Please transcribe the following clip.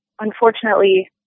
Unfortunately